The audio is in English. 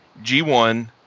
G1